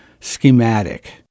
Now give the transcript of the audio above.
schematic